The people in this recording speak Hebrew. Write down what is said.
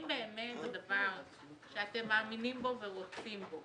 אם באמת הדבר שאתם מאמינים בו ורוצים בו